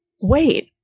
wait